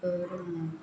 இப்போ ஒரு